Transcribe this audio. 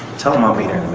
tell him i'll be there